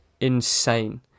insane